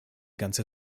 ganze